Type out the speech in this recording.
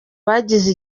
bagize